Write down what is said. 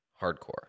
hardcore